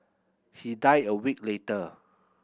he died a week later